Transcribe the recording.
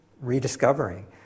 rediscovering